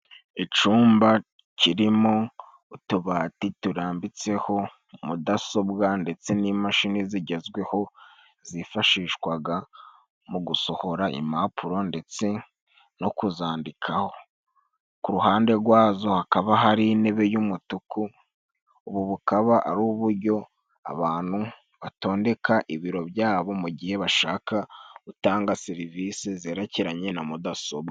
Icumba kirimo utubati turambitseho mudasobwa ndetse n'imashini zigezweho, zifashishwaga mu gusohora impapuro ndetse no kuzandikaho; ku ruhande gwazo hakaba hari intebe y'umutuku, ubu bukaba ari ubujyo abantu batondeka ibiro byabo, mu gihe bashaka gutanga serivisi zerekeranye na Mudasobwa.